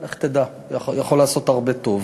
לך תדע, זה יכול לעשות הרבה טוב.